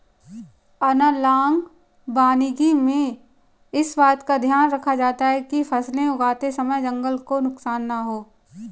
analogue वानिकी में इस बात का ध्यान रखा जाता है कि फसलें उगाते समय जंगल को नुकसान ना हो